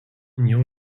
knew